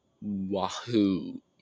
Wahoo